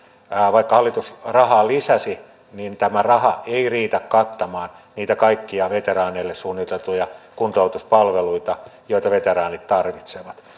vaikka hallitus rahaa lisäsi niin tämä raha ei riitä kattamaan niitä kaikkia veteraaneille suunniteltuja kuntoutuspalveluita joita veteraanit tarvitsevat